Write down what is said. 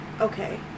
Okay